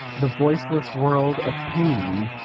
the voiceless world of pain,